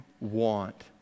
want